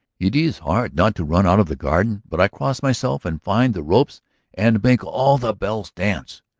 it is hard not to run out of the garden. but i cross myself and find the ropes and make all the bells dance.